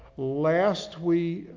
last we,